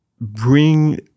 bring